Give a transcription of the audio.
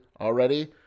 already